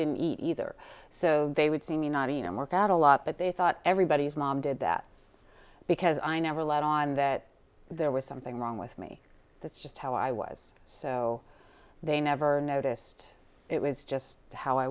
didn't either so they would see me not even work out a lot but they thought everybody's mom did that because i never let on that there was something wrong with me that's just how i was so they never noticed it was just to how i